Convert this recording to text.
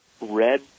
red